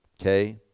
okay